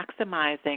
maximizing